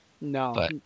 No